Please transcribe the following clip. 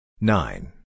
Nine